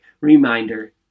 reminder